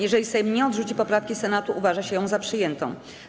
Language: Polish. Jeżeli Sejm nie odrzuci poprawki Senatu, uważa się ją za przyjętą.